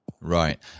Right